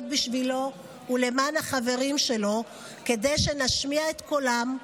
בשבילו ולמען החברים שלו כדי שנשמיע את קולם,